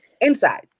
inside